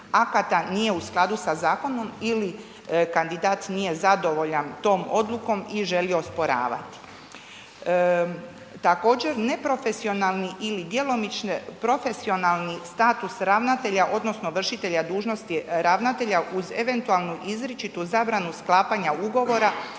akata nije u skladu sa zakonom ili kandidat nije zadovoljan tom odlukom ili želi osporavati. Također, neprofesionalni li djelomično profesionalni status ravnatelja odnosno vršitelja dužnosti ravnatelja uz eventualnu izričitu zabranu sklapanja ugovora